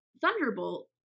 Thunderbolt